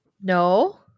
No